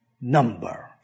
number